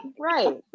right